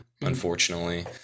unfortunately